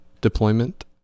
deployment